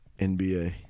NBA